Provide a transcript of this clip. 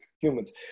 humans